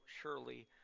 surely